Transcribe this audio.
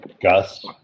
Gus